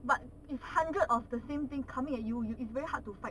but if hundred of the same thing coming at you you it's very hard to fight